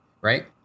right